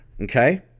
Okay